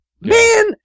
Man